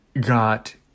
got